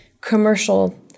commercial